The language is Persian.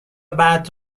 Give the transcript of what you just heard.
بعد